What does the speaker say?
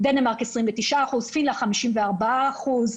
בדנמרק 29%, פינלנד 54%,